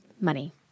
money